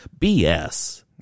BS